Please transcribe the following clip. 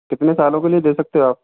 कितने सालों के लिए दे सकते हो आप